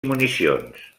municions